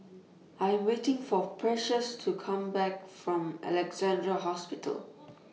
I'm waiting For Precious to Come Back from Alexandra Hospital